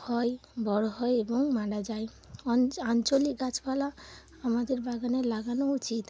হয় বড়ো হয় এবং মারা যায় আঞ্চলিক গাছপালা আমাদের বাগানে লাগানো উচিত